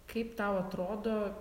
kaip tau atrodo